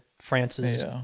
France's